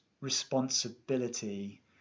responsibility